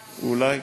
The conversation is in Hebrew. תודה, אולי,